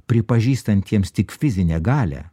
pripažįstantiems tik fizinę galią